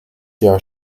jahr